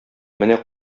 менә